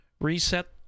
reset